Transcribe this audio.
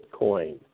Bitcoin